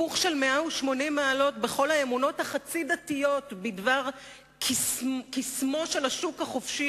היפוך של 180 מעלות בכל האמונות החצי-דתיות בדבר קסמו של השוק החופשי